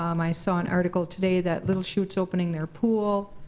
um i saw an article today that little chute's opening their pool.